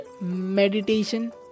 meditation